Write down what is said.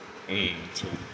mm true